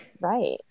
right